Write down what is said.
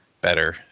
better